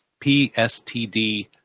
PSTD